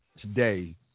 today